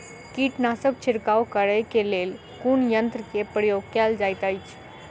कीटनासक छिड़काव करे केँ लेल कुन यंत्र केँ प्रयोग कैल जाइत अछि?